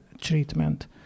treatment